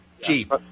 Jeep